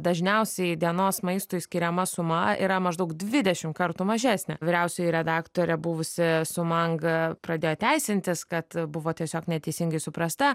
dažniausiai dienos maistui skiriama suma yra maždaug dvidešimt kartų mažesnė vyriausioji redaktorė buvusi su mang pradėjo teisintis kad buvo tiesiog neteisingai suprasta